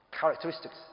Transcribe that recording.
Characteristics